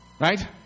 Right